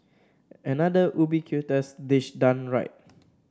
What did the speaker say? another ubiquitous dish done right